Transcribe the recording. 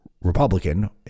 Republican